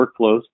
workflows